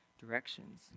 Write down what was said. directions